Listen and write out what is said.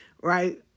right